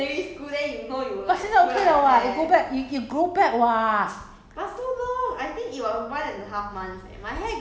but 现在 liao [what] it go back it it grew back [what]